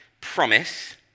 promise